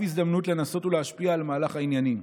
הזדמנות לנסות ולהשפיע על מהלך העניינים.